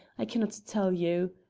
i cannot tell you.